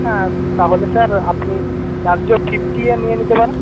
হ্যাঁ তাহলে স্যার আপনি লার্জের ফিফটি এম নিয়ে নিতে পারেন